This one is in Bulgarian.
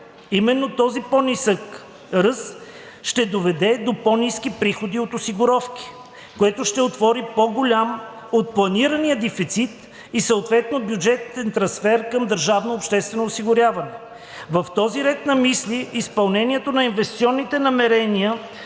именно този по-нисък ръст ще доведе до по-ниски приходи от осигуровки, което ще отвори по-голям от планирания дефицит и съответно бюджетен трансфер към държавното обществено осигуряване. В този ред на мисли, изпълнението на инвестиционните намерения